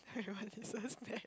Hui-Wen is a snake